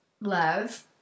love